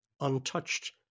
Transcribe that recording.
untouched